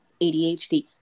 ADHD